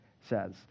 says